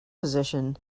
position